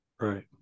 Right